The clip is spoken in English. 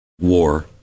war